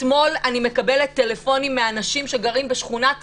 אתמול אני מקבלת טלפונים מאנשים שגרים בשכונת רמות,